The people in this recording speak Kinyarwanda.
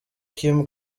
kim